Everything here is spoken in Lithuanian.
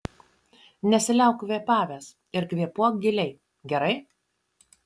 nesiliauk kvėpavęs ir kvėpuok giliai gerai